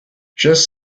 just